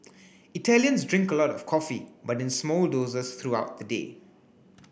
Italians drink a lot of coffee but in small doses throughout the day